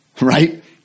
right